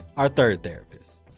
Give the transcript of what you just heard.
our third therapist.